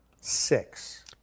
Six